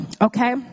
okay